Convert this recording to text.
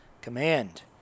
command